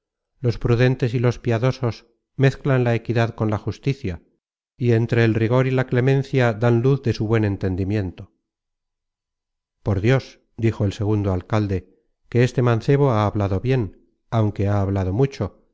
los prudentes y los piadosos mezclan la equidad con la justicia y entre el rigor y la clemencia dan luz de su buen entendimiento por dios dijo el segundo alcalde que este mancebo ha hablado bien aunque ha hablado mucho